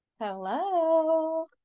Hello